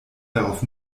darauf